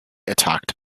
attacked